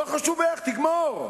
לא חשוב איך, תגמור.